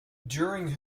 during